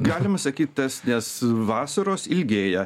galima sakyt tas nes vasaros ilgėja